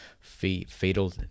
fatal